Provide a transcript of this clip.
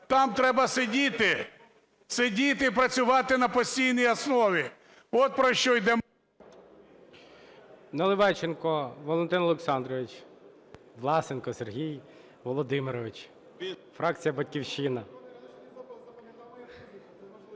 там треба сидіти, сидіти і працювати на постійній основі. От про що йде…